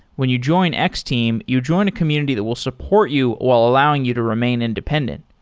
when you join x-team, you join a community that will support you while allowing you to remain independent,